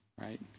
right